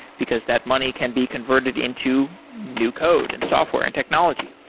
because that money can be converted into new code and software and technology,